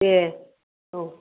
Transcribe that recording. दे औ